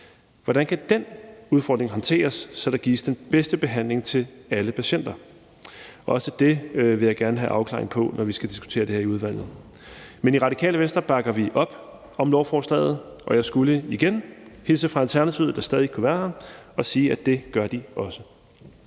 Hvordan kan den udfordring håndteres, så der gives den bedste behandling til alle patienter? Også det vil jeg gerne have afklaring på, når vi skal diskutere det her i udvalget. Men i Radikale Venstre bakker vi op om lovforslaget, og jeg skulle igen hilse fra Alternativet, der stadig ikke kan være her, og sige, at det gør de også.